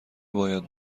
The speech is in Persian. باید